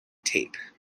tape